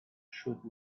shoot